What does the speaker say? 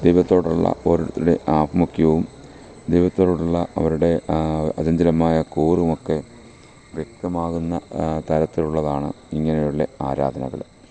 ദൈവത്തോടുള്ള ഓരോരുത്തരുടെ ആഭിമുഖ്യവും ദൈവത്തോടുള്ള അവരുടെ അചഞ്ചലമായ കൂറുമൊക്കെ വ്യക്തമാകുന്ന തരത്തിലുള്ളതാണ് ഇങ്ങനെയുള്ളെ ആരാധനകൾ